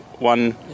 One